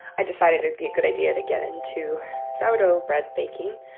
i decided it'd be a good idea to get into sourdough bread baking.